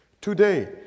today